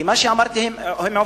כי מה שאמרתי זה עובדות.